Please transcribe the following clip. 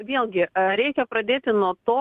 vėlgi reikia pradėti nuo to